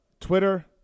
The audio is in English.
Twitter